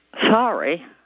sorry